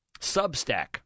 substack